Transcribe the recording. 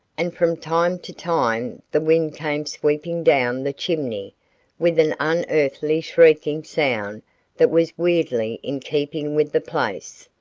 and from time to time the wind came sweeping down the chimney with an unearthly shrieking sound that was weirdly in keeping with the place.